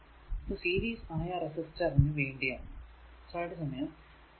ഇത് ഈ സീരീസ് ആയ റെസിസ്റ്ററിനു വേണ്ടി ആണ്